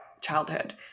childhood